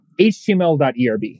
HTML.ERB